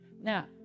Now